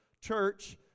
church